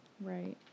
Right